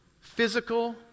physical